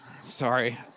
Sorry